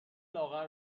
لاغر